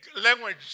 language